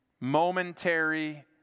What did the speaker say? momentary